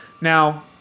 Now